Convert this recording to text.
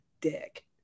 dick